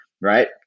Right